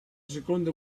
seconda